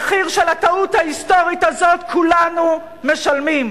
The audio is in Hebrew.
ואת המחיר של הטעות ההיסטורית הזאת כולנו משלמים.